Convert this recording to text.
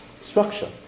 structure